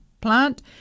plant